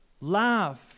laugh